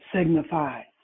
signifies